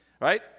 Right